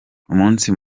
umunsi